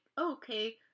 okay